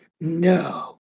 No